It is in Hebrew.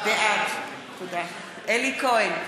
בעד אלי כהן,